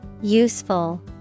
Useful